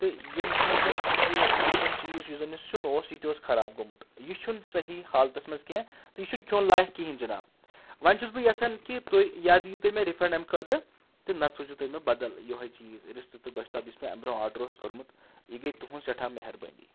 تہٕ ییٚمہِ کِنۍ زن یہِ یُس زن چیٖز چھُ یُس زن یہِ سیُن اوس ییٚتہِ اوس خراب گومُت یہِ چھنہٕ صحیح حالتس منٛز کیٛنٚہہ تہِ یہِ چھنہٕ کھٮ۪ون لایق کینٛہہ جناب وۄنۍ چھُس بہٕ یژھان کہِ تُہۍ یا دِیو تُہۍ مےٚ رِفنڑ امہِ خٲطرٕ تہٕ نتہٕ سوٗزِیو تُہۍ مےٚ بدل یہوے چیٖز رِستہٕ تہِ گۄشتاب یُس مےٚ امہِ برونٹھ آرڈر اوس کوٚرمُت یہِ گٔیے تُہٕنز سیٹھاہ مہربٲنی